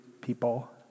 people